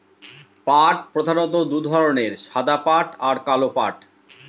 পাট প্রধানত দু ধরনের সাদা পাট আর কালো পাট